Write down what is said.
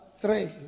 three